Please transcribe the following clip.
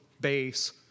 base